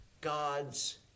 God's